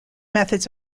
methods